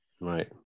Right